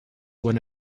when